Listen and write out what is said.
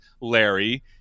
Larry